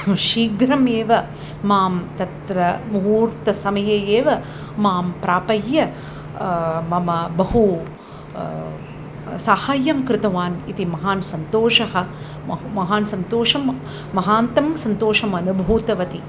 शीघ्रमेव मां तत्र मुहूर्तसमये एव मां प्राप्य मम बहु साहाय्यं कृतवान् इति महान् सन्तोषः म महान् सन्तोषं महान्तं सन्तोषम् अनुभूतवती